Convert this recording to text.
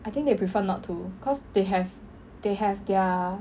I think they prefer not to cause they have they have their